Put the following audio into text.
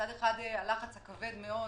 מצד אחד, הלחץ הכבד מאוד